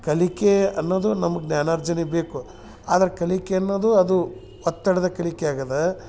ಕಲಿಕೆ ಅನ್ನೋದು ನಮ್ಗೆ ಜ್ಞಾನಾರ್ಜನೆಗೆ ಬೇಕು ಆದ್ರೆ ಕಲಿಕೆ ಅನ್ನೋದು ಅದು ಒತ್ತಡದ ಕಲಿಕೆ ಆಗ್ಯದ